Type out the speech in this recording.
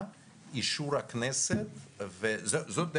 לא, זה צריך להיות החלטת ממשלה, אישור הכנסת.